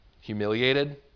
humiliated